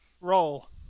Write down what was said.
Roll